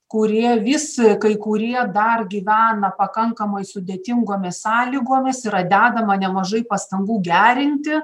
kurie vis kai kurie dar gyvena pakankamai sudėtingomis sąlygomis yra dedama nemažai pastangų gerinti